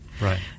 Right